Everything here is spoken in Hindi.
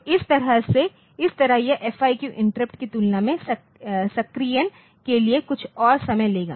तो इस तरह यह FIQ इंटरप्ट की तुलना में सक्रियण के लिए कुछ और समय लेगा